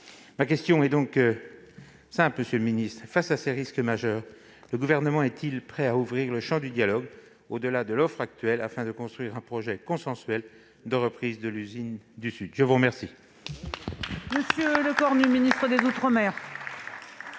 Ma question est simple, monsieur le ministre : face à ces risques majeurs, le Gouvernement est-il prêt à ouvrir le champ du dialogue au-delà de l'offre actuelle, afin de construire un projet consensuel de reprise de l'usine du Sud ? La parole